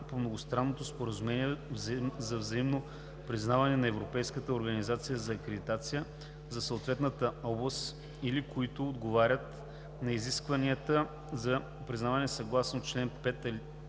по Многостранното споразумение за взаимно признаване на Европейската организация за акредитация за съответната област или които отговарят на изискванията за признаване съгласно чл. 5а, ал.